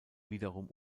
wiederum